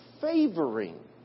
favoring